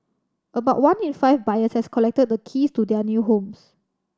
about one in five buyers has collected the keys to their new homes